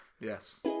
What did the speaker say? yes